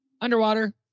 Underwater